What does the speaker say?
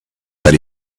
that